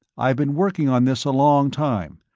i've been working on this a long time.